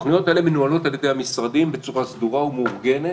התוכניות האלה מנוהלות על ידי המשרדים בצורה סדורה ומאורגנת,